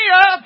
up